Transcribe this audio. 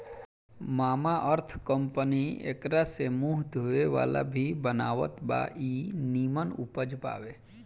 Mamaearth company एकरा से मुंह धोए वाला भी बनावत बा इ निमन उपज बावे